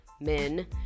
men